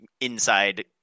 inside